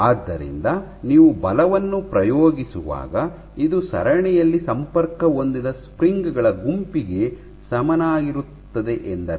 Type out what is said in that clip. ಆದ್ದರಿಂದ ನೀವು ಬಲವನ್ನು ಪ್ರಯೋಗಿಸುವಾಗ ಇದು ಸರಣಿಯಲ್ಲಿ ಸಂಪರ್ಕ ಹೊಂದಿದ ಸ್ಪ್ರಿಂಗ್ ಗಳ ಗುಂಪಿಗೆ ಸಮನಾಗಿರುತ್ತದೆ ಎಂದರ್ಥ